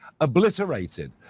obliterated